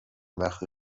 وقتی